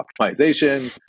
optimization